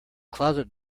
closet